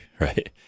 right